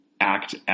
act